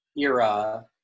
era